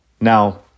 Now